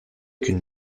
qu’une